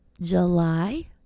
July